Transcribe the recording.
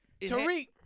Tariq